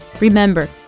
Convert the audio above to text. Remember